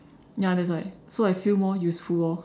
ya that's why so I feel more useful orh